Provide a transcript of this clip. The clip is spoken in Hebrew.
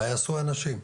מה יעשו אנשים?